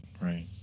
right